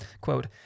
Quote